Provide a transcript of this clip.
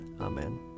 Amen